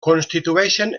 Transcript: constitueixen